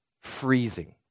freezing